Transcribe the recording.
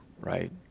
right